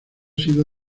sido